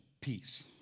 peace